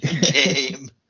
Game